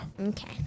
Okay